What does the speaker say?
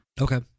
Okay